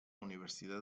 universidad